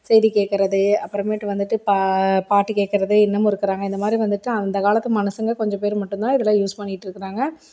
செய்தி கேட்கறது அப்புறமேட்டு வந்துவிட்டு பா பாட்டு கேட்கறது இன்னமும் இருக்கிறாங்க அந்த மாதிரி வந்துவிட்டு அந்த காலத்து மனுஷங்க கொஞ்ச பேர் மட்டும்தான் இதெல்லாம் யூஸ் பண்ணிக்கிட்டு இருக்கிறாங்க